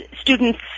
students